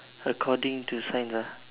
according to science ah